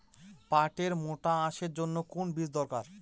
পাটের মোটা আঁশের জন্য কোন বীজ দরকার?